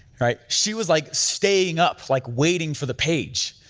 right, she was like staying up like waiting for the page.